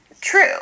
true